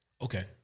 Okay